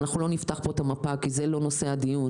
ואנחנו לא נפתח פה את המפה כי זה לא נושא הדיון,